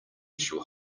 shall